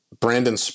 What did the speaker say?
Brandon